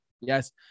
Yes